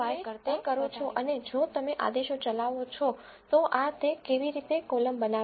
જો તમે તે કરો છો અને જો તમે આદેશો ચલાવો છો તો આ તે કેવી રીતે કોલમ બનાવે છે